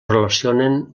relacionen